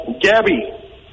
Gabby